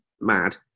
mad